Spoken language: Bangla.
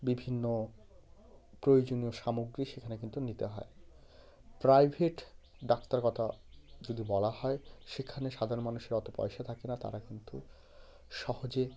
বিভিন্ন প্রয়োজনীয় সামগ্রী সেখানে কিন্তু নিতে হয় প্রাইভেট ডাক্তার কতা যদি বলা হয় সেখানে সাধারণ মানুষের অতো পয়সা থাকে না তারা কিন্তু সহজে